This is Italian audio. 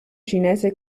cinese